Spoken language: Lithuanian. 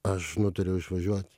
aš nutariau išvažiuot